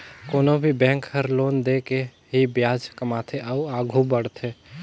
कोनो भी बेंक हर लोन दे के ही बियाज कमाथे अउ आघु बड़थे